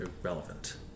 irrelevant